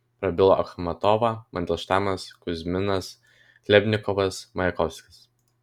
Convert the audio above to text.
prabilo achmatova mandelštamas kuzminas chlebnikovas majakovskis